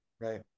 right